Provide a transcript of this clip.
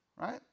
Right